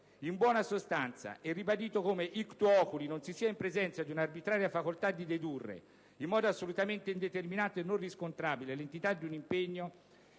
In buona sostanza, è ribadito come, *ictu oculi*, non si sia in presenza di un'arbitraria facoltà di dedurre, in modo assolutamente indeterminato e non riscontrabile, l'entità di un impegno: